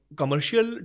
commercial